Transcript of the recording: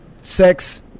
sex